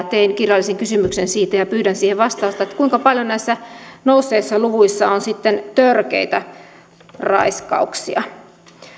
tein kirjallisen kysymyksen siitä ja pyydän siihen vastausta kuinka paljon näissä nousseissa luvuissa on sitten törkeitä raiskauksia